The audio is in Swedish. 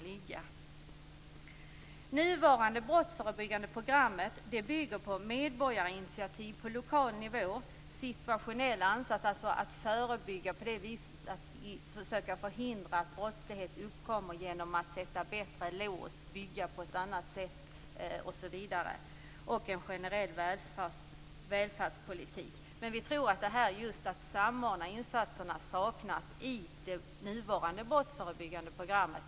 Det nuvarande brottsförebyggande programmet bygger på medborgarinitiativ på lokal nivå, situationell ansats - dvs. att förebygga brottslighet med hjälp av bättre lås, bygga på annat sätt osv. - och en generell välfärdspolitik. Men en samordning av de insatserna saknas i det nuvarande brottsförebyggande programmet.